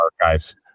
archives